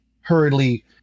hurriedly